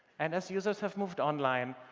and as users have moved online,